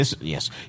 Yes